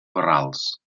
barrals